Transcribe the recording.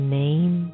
name